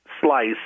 slice